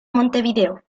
montevideo